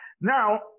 Now